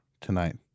tonight